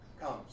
comes